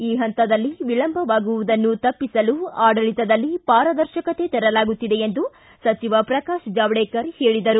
ಈ ಹಂತದಲ್ಲಿ ವಿಳಂಬವಾಗುವುದನ್ನು ತಪ್ಪಿಸಲು ಆಡಳಿತದಲ್ಲಿ ಪಾರದರ್ಶಕತೆ ತರಲಾಗುತ್ತಿದೆ ಎಂದು ಸಚಿವ ಪ್ರಕಾಶ್ ಜಾವಡೇಕರ್ ಹೇಳಿದರು